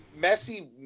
Messi